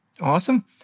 Awesome